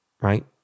Right